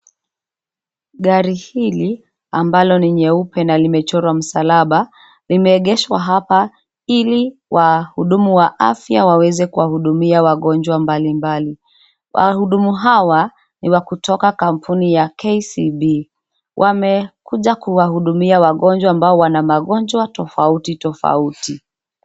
Gari hili ambalo ni nyeupe na limechorwa msalaba limeegeshwa hapa ili wahudumu wa afya waweze kuwahudumia wagonjwa mbalimbali. Wahudumu hawa ni wa kutoka kampuni ya KCB. Wamekuja kuwahudumia wagonjwa ambao wana magonjwa tofauti tofauti.